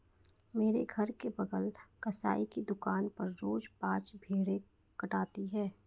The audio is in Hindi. मेरे घर के बगल कसाई की दुकान पर रोज पांच भेड़ें कटाती है